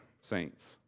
Saints